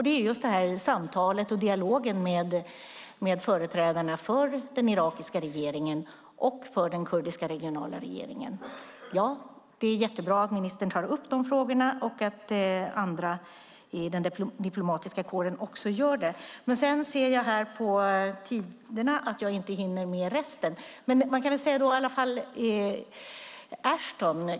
Det är samtalet och dialogen med företrädarna för den irakiska regeringen och den kurdiska regionala regeringen. Det är jättebra att ministern tar upp de frågorna och att andra i den diplomatiska kåren också gör det. Jag ser på talartiden att jag nu inte hinner med resten av frågorna.